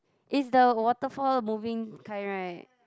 is the waterfall moving kind right